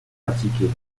pratiquée